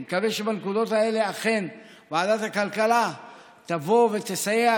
אני מקווה שבנקודות האלה אכן ועדת הכלכלה תבוא ותסייע,